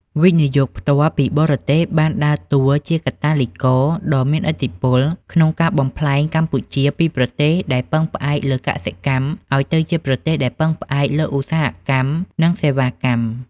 វិនិយោគផ្ទាល់ពីបរទេស បានដើរតួជាកាតាលីករដ៏មានឥទ្ធិពលក្នុងការបំប្លែងកម្ពុជាពីប្រទេសដែលពឹងផ្អែកលើកសិកម្ម ឱ្យទៅជាប្រទេសដែលពឹងផ្អែកលើឧស្សាហកម្ម និងសេវាកម្ម។